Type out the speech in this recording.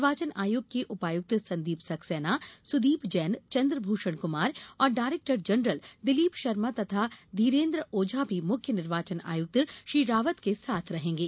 निर्वाचन आयोग के उपायुक्त संदीप सक्सेना सुदीप जैन चंद्रभूषण कुमार और डायरेक्टर जनरल दिलीप शर्मा तथा धीरेन्द्र ओझा भी मुख्य निर्वाचन आयुक्त श्री रावत के साथ रहेंगे